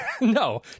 no